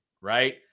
right